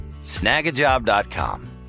Snagajob.com